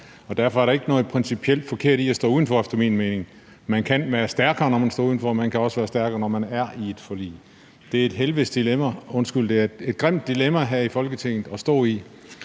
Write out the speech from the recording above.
derfor er der ikke noget principielt forkert i at stå udenfor efter min mening. Man kan være stærkere, når man står udenfor; man kan også være stærkere, når man er med i et forlig. Det er et helvedes dilemma – undskyld, det er et